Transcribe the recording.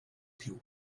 più